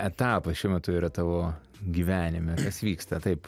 etapas šiuo metu yra tavo gyvenime kas vyksta taip